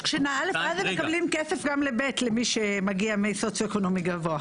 יש שנה א' ואז הם מקבלים כסף גם לב' למי שמגיע מסוציואקונומי גבוה.